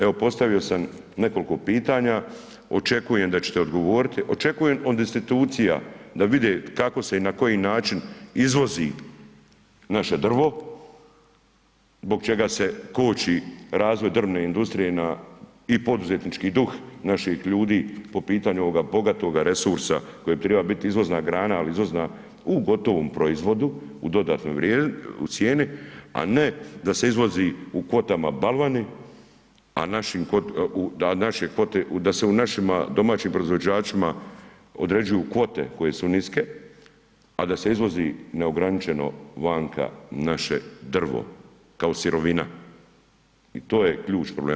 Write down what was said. Evo postavio sam nekoliko pitanja, očekujem da ćete odgovorit, očekujem od institucija da vide kako se i na koji način izvozi naše drvo, zbog čega se koči razvoj drvne industrije na i poduzetnički duh naših ljudi po pitanju ovoga bogatoga resursa koji bi triba bit izvozna grana, ali izvozna u gotovom proizvodu, u dodatnoj cijeni, a ne da se izvozi u kvotama balvani, a da se u našima domaćim proizvođačima određuju kvote koje su niske, a da se izvozi neograničeno vanka naše drvo kao sirovina i to je ključ problema.